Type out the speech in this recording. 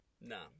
no